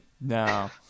No